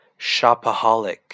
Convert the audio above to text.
shopaholic